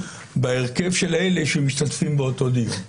בהרכב של אלה שמשתתפים באותו דיון.